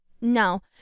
No